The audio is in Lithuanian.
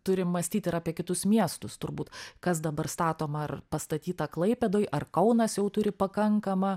turim mąstyt ir apie kitus miestus turbūt kas dabar statoma ar pastatyta klaipėdoj ar kaunas jau turi pakankamą